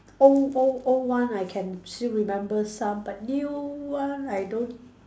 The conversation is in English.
old old old one I can still remember some but new one I don't